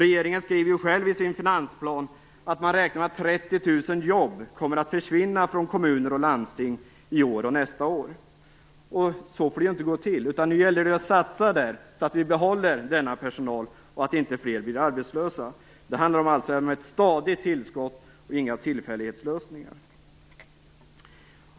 Regeringen skriver själv i sin finansplan att man räknar med att 30 000 jobb kommer att försvinna från kommuner och landsting i år och nästa år. Så får det inte gå till! Nu gäller det att satsa där, så att vi kan behålla den här personalen och så att inte fler blir arbetslösa. Det handlar alltså om ett stadigt tillskott och inga tillfällighetslösningar.